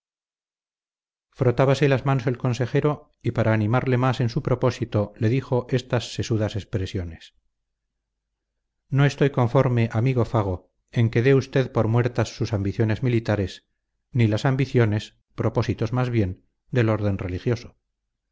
salgo frotábase las manos el consejero y para animarle más en su propósito le dijo estas sesudas expresiones no estoy conforme amigo fago en que dé usted por muertas sus ambiciones militares ni las ambiciones propósitos más bien del orden religioso